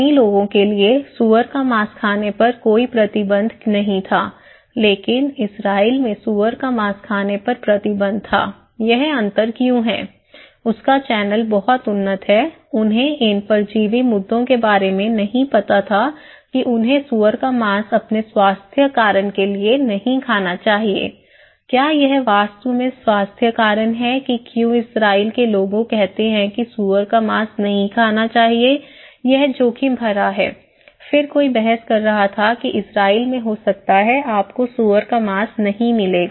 चीनी लोगों के लिए सूअर का मांस खाने पर कोई प्रतिबंध नहीं था लेकिन इजरायल में सुअर का मांस खाने पर प्रतिबंध था यह अंतर क्यों है उसका चैनल बहुत उन्नत है उन्हें इन परजीवी मुद्दों के बारे में नहीं पता था कि उन्हें सुअर का मांस अपने स्वास्थ्य कारण के लिए नहीं खाना चाहिए क्या यह वास्तव में स्वास्थ्य कारण है कि क्यों इजरायल के लोग कहते हैं कि सूअर का मांस नहीं खाना चाहिए यह जोखिम भरा है फिर कोई बहस कर रहा था कि इजरायल में हो सकता है आपको सुअर का मांस नहीं मिलेगा